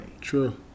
True